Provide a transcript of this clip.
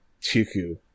Chiku